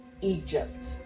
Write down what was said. Egypt